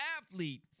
athlete